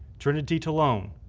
trinity tolone,